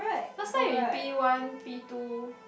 last time in P one P two